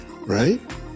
right